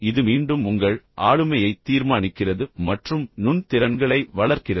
இது மீண்டும் உங்கள் ஆளுமையை தீர்மானிக்கிறது மற்றும் நுண் திறன்களை வளர்க்கிறது